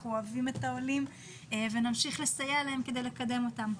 אנחנו אוהבים את העולים ונמשיך לסייע להם כדי לקדם אותם.